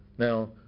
Now